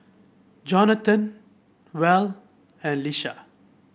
Jonathon Val and Lisha